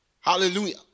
Hallelujah